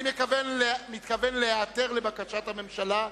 אני מתכוון להיעתר לבקשת הממשלה,